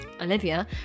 Olivia